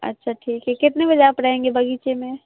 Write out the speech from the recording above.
اچھا ٹھیک ہے کتنے بجے آپ رہیں گے بغیچے میں